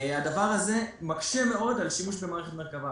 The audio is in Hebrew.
הדבר הזה מקשה מאוד על שימוש במערכת מרכב"ה.